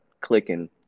clicking